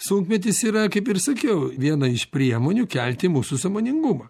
sunkmetis yra kaip ir sakiau viena iš priemonių kelti mūsų sąmoningumą